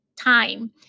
time